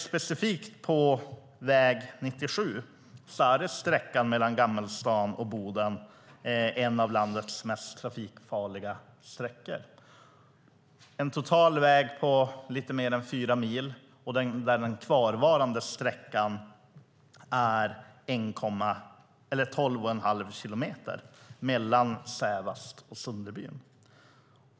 Specifikt på väg 97 är sträckan mellan Gammelstad och Boden en av landets mest trafikfarliga, en väg totalt på lite mer än fyra mil där den kvarvarande sträckan att åtgärda är 12,5 kilometer mellan Sävast och Sunderbyn.